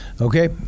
okay